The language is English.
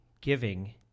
giving